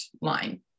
line